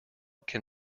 can